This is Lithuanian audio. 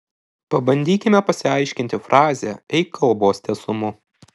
pabandykime pasiaiškinti frazę eik kalbos tiesumu